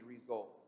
result